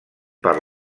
per